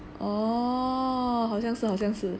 oh 好像是好像是